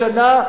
בשנה,